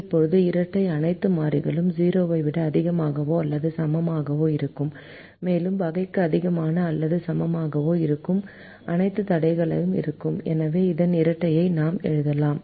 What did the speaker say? இப்போது இரட்டை அனைத்து மாறிகள் 0 ஐ விட அதிகமாகவோ அல்லது சமமாகவோ இருக்கும் மேலும் வகைக்கு அதிகமாகவோ அல்லது சமமாகவோ இருக்கும் அனைத்து தடைகளும் இருக்கும் எனவே இதன் இரட்டையை நாம் எழுதலாம்